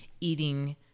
eating